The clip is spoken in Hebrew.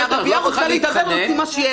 אני ערבייה ואני רוצה לדבר ולהוציא מה שיש לי.